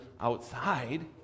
outside